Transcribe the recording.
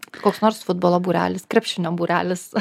koks nors futbolo būrelis krepšinio būrelis